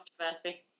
controversy